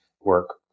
work